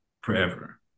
forever